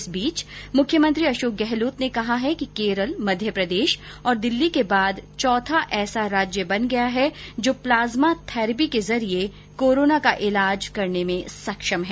इस बीच मुख्यमंत्री अशोक गहलोत ने कहा कि करल मध्यप्रदेश और दिल्ली के बाद चौथा ऐसा राज्य बन गया है जो प्लाज्मा थैरेपी के जरिये कोरोना का ईलाज करने में सक्षम है